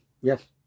Yes